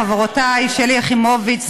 חברותי שלי יחימוביץ,